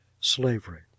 slavery